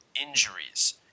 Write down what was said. injuries